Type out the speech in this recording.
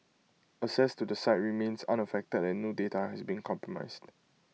access to the site remains unaffected and no data has been compromised